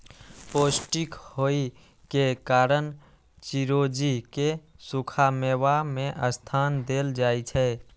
पौष्टिक होइ के कारण चिरौंजी कें सूखा मेवा मे स्थान देल जाइ छै